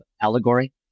allegory